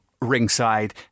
ringside